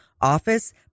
office